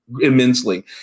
immensely